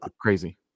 crazy